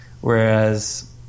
whereas